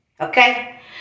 Okay